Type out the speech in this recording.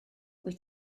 wyt